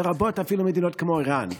לרבות אפילו מדינות כמו איראן.